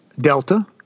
Delta